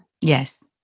Yes